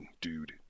dude